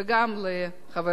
וגם לחבר